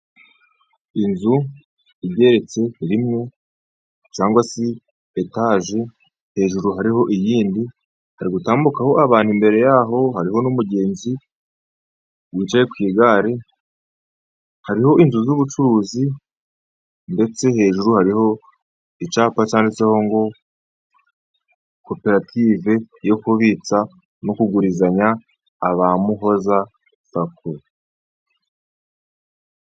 Inzu igereretse rimwe cyangwa si etage, hejuru hariho iyindi harigutambukaho abantu, imbere yaho hariho n'umugenzi wicaye ku igare, hariho inzu z'ubucuruzi ndetse hejuru hariho icyapa cyanditseho ngo, koperative yo kubitsa no kugurizanya aba muhoza sako.